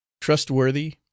Trustworthy